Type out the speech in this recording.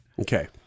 Okay